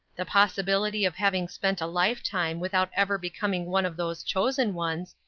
the possibility of having spent a lifetime without ever becoming one of those chosen ones,